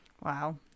Wow